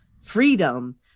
freedom